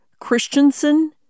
Christensen